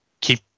keep